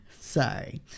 Sorry